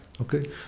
Okay